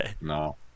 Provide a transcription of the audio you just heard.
no